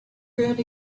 reared